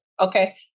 Okay